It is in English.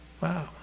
wow